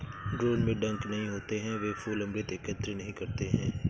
drone में डंक नहीं होते हैं, वे फूल अमृत एकत्र नहीं करते हैं